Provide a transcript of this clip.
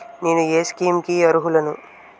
నేను ఏ స్కీమ్స్ కి అరుహులను?